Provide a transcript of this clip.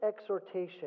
exhortation